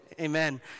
amen